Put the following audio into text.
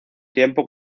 tiempo